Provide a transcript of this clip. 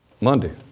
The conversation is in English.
Monday